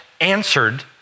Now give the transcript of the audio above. answered